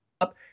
up